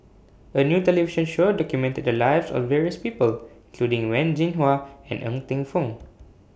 A New television Show documented The Lives of various People including Wen Jinhua and Ng Teng Fong